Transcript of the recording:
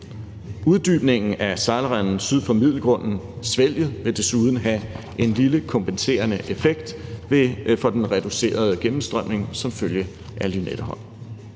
Uddybning af sejlrenden syd for Middelgrunden, ”Svælget”, vil desuden have en lille kompenserende effekt for den reducerede gennemstrømning som følge af Lynetteholm.